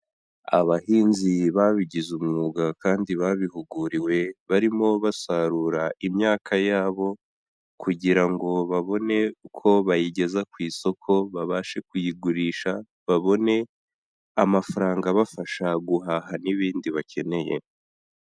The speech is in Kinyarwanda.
Abahinzi babigize umwuga kandi babihuguriwe, barimo basarura imyaka yabo kugira ngo babone uko bayigeza ku isoko babashe kuyigurisha, babone amafaranga abafasha guhaha n'ibindi bakeneye.